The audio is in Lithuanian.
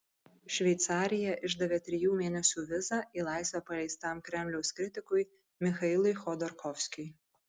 šveicarija išdavė trijų mėnesių vizą į laisvę paleistam kremliaus kritikui michailui chodorkovskiui